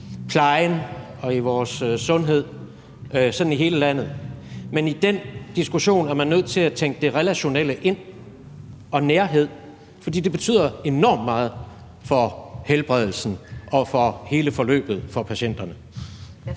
plejen og i vores sundhed i hele landet, men i den diskussion er man også nødt til at tænke det relationelle og nærheden ind. For det betyder enormt meget for helbredelsen og for hele forløbet for patienterne.